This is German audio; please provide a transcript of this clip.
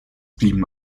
blieben